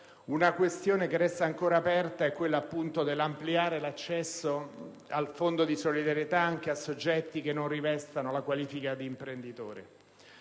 una questione che resta ancora aperta è quella appunto di ampliare l'accesso al Fondo di solidarietà anche a soggetti che non rivestano la qualifica di imprenditore.